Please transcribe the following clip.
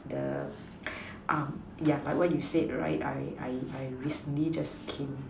the um yeah like what you said right I I I I recently just came the